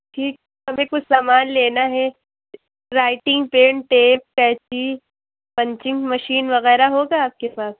جی ہمیں کچھ سامان لینا ہے رائٹنگ پین ٹیپ قینچی پنچنگ مشین وغیرہ ہوگا آپ کے پاس